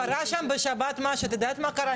קרה שם בשבת משהו, את יודעת מה קרה?